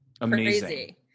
amazing